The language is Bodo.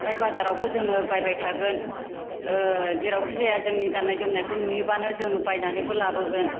हाथाइ बाजारावबो जोङो बायबाय थागोन जेरावखि जाया जोंनि गान्नाय जोमनायखौ नुयोबानो जोङो बायनानैबो लाबोगोन